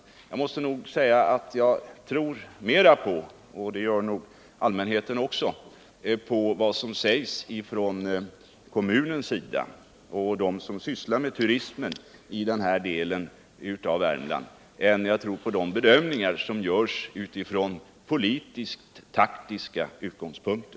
Men jag måste nog säga att jag tror mera — och det gör nog allmänheten också — på vad som sägs från kommunens sida och av dem som sysslar med turismen i den delen av Värmland än på de bedömningar som görs från politisk-taktiska utgångspunkter.